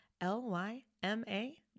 L-Y-M-A